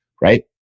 right